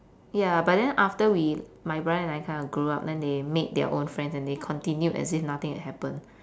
ya but then after we my brother and I kind of grew up then they meet their own friends and they continued as if nothing had happened